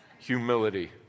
Humility